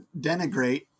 denigrate